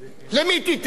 למי תיתן?